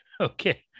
Okay